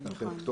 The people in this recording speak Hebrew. שמתם כתובת,